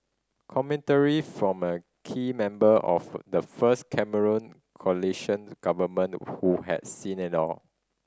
commentary from a key member of the first Cameron coalition government who had seen it all